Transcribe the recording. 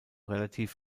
relativ